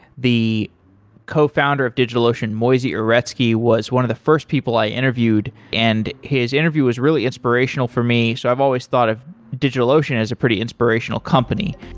the cofounder of digitalocean, moisey uretsky, was one of the first people i interviewed, and his interview was really inspirational for me. so i've always thought of digitalocean as a pretty inspirational company.